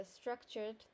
structured